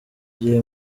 gihe